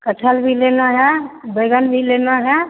कटहल भी लेना है बैंगन भी लेना है